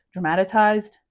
Dramatized